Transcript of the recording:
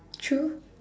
true